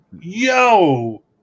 Yo